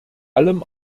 allem